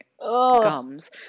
gums